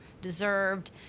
deserved